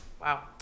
wow